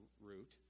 route